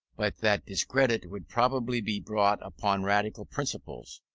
but that discredit would probably be brought upon radical principles.